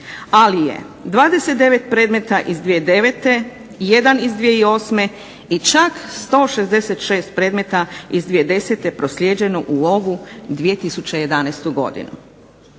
ali je 29 predmeta iz 2009., 1 iz 2008. i čak 166 predmeta iz 2010. proslijeđeno u ovu 2011. godinu.